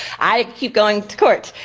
i keep going to court.